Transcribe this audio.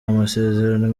amasezerano